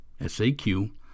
SAQ